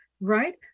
right